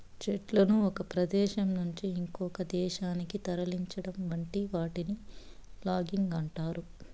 చెట్లను ఒక ప్రదేశం నుంచి ఇంకొక ప్రదేశానికి తరలించటం వంటి వాటిని లాగింగ్ అంటారు